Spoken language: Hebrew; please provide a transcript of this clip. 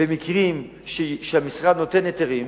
במקרים שהמשרד נותן היתרים,